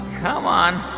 come on.